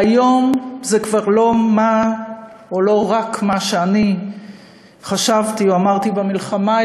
והיום זה כבר לא רק מה שאני חשבתי או אמרתי במלחמה,